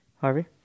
Harvey